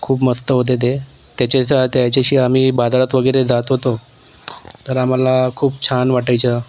खूप मस्त होते ते त्याचासा त्याच्याशी आम्ही बाजारात वगैरे जात होतो तर आम्हाला खूप छान वाटायचं